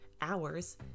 hours